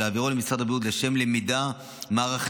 ולהעבירו למשרד הבריאות לשם למידה מערכתית